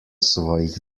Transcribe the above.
svojih